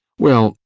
well,